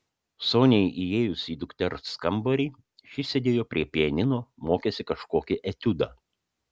soniai įėjus į dukters kambarį ši sėdėjo prie pianino mokėsi kažkokį etiudą